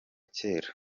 cyera